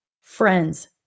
friends